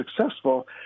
successful